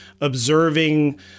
observing